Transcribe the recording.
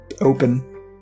open